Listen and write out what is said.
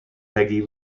peggy